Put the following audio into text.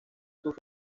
sus